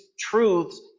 truths